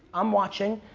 i'm watching,